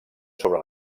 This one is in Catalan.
sobre